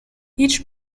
each